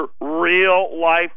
real-life